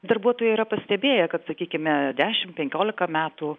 darbuotojai yra pastebėję kad sakykime dešim penkiolika metų